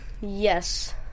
Yes